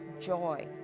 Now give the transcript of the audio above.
joy